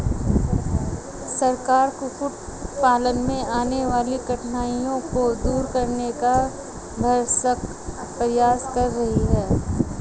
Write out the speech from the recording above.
सरकार कुक्कुट पालन में आने वाली कठिनाइयों को दूर करने का भरसक प्रयास कर रही है